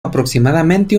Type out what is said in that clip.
aproximadamente